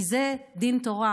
כי זה דין תורה,